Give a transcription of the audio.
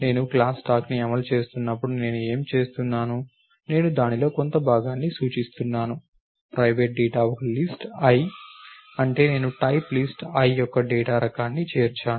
నేను క్లాస్ స్టాక్ని అమలు చేస్తున్నప్పుడు నేను ఏమి చేస్తున్నాను నేను దానిలో కొంత భాగాన్ని సూచిస్తున్నాను ప్రైవేట్ డేటా ఒక లిస్ట్ l అంటే నేను టైప్ లిస్ట్ l యొక్క డేటా రకాన్ని చేర్చాను